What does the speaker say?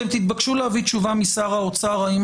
אתם תתבקשו להביא תשובה משר האוצר האם